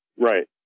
Right